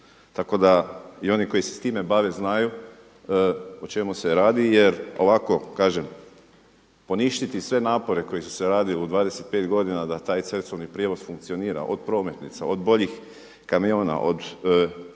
tako da i oni koji se s time bave znaju o čemu se radi jer ovako kažem poništiti sve napore koji su se radili u 25 godina da taj cestovni prijevoz funkcionira od prometnica od boljih kamiona, od